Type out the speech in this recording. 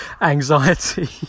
anxiety